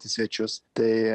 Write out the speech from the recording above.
į svečius tai